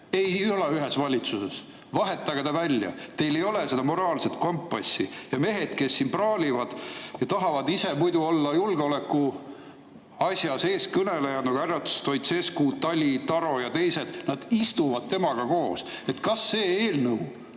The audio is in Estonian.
ei ole ühes valitsuses, vahetage ta välja. Teil ei ole seda moraalset kompassi. Ja mehed, kes siin praalivad ja tahavad ise olla julgeolekuasjades eeskõnelejad, nagu härrad Stoicescu, Tali, Taro ja teised – nad istuvad temaga koos. Kas see eelnõu